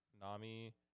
Nami